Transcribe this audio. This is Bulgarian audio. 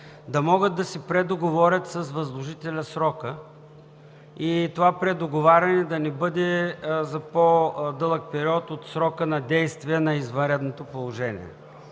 да могат да предоговорят срока с възложителя и това предоговаряне да не бъде за по-дълъг период от срока на действие на извънредното положение.